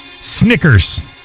Snickers